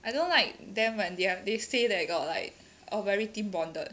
I don't like them when they have they say that got like all very team bonded